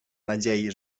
nadziei